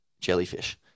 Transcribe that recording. jellyfish